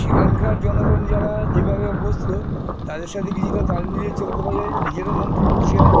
সেখানকার জনগণ যারা যেভাবে অভ্যস্ত তাদের সাথে কিছুটা তাল মিলিয়ে চলতে পারলে নিজেরও মন খুব খুশি হয়